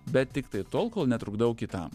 bet tiktai tol kol netrukdau kitam